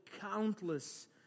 countless